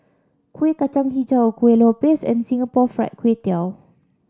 Kueh Kacang hijau Kuih Lopes and Singapore Fried Kway Tiao